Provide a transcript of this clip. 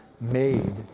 Made